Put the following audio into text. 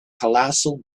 colossal